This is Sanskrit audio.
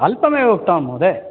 अल्पमेव उक्तवान् महोदय